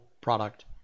product